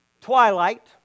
twilight